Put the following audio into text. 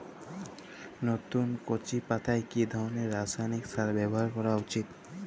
নতুন কচি পাতায় কি ধরণের রাসায়নিক সার ব্যবহার করা উচিৎ?